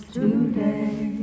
today